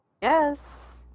Yes